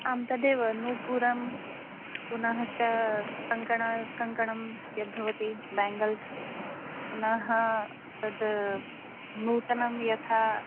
आं तदेव नूपुरं पुनः च कङ्कण कङ्कणं यद्भवति बेङ्गल्स् पुनः तद् नूतनं यथा